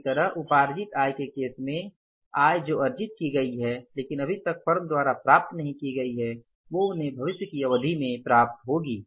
इसी तरह उपार्जित आय के केस में आय जो अर्जित की गई है लेकिन अभी तक फर्म द्वारा प्राप्त नहीं की गई है वो उन्हें भविष्य की अवधि में प्राप्त होगी